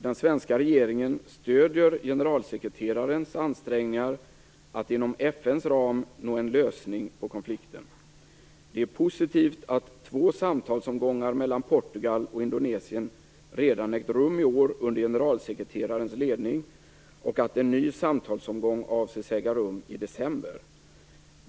Den svenska regeringen stöder generalsekreterarens ansträngningar att inom FN:s ram nå en lösning på konflikten. Det är positivt att två samtalsomgångar mellan Portugal och Indonesien redan ägt rum i år under generalsekreterarens ledning och att en ny samtalsomgång avses äga rum i december.